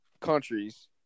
countries